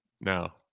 No